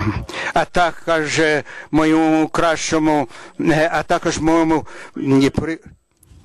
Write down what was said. על כך שנפלה בחלקי הזדמנות נדירה ביותר זו.